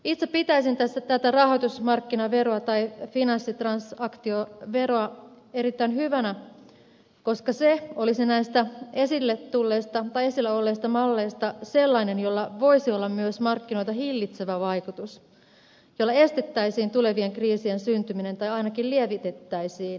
itse pitäisin tässä tätä rahoitusmarkkinaveroa tai finanssitransaktioveroa erittäin hyvänä koska se olisi näistä esille tulleista tai esillä olleista malleista sellainen jolla voisi olla myös markkinoita hillitsevä vaikutus jolla estettäisiin tulevien kriisien syntyminen tai ainakin lievitettäisiin niitä